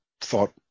thought